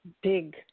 big